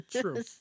True